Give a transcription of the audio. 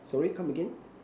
sorry come again